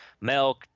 milk